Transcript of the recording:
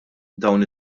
dawn